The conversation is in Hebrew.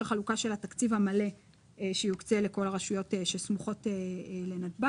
חלוקה של התקציב המלא שיוקצה לכל הרשויות שסמוכות לנתב"ג.